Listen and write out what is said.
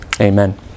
Amen